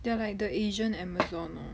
they are like the asian amazon lor